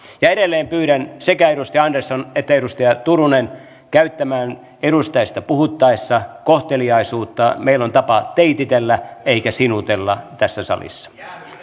ja edelleen pyydän sekä edustaja andersson että edustaja turunen käyttämään edustajista puhuttaessa kohteliaisuutta meillä on tapana teititellä eikä sinutella tässä salissa